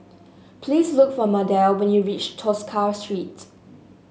please look for Mardell when you reach Tosca Street